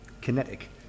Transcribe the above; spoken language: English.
kinetic